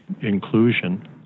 inclusion